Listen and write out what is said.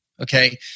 Okay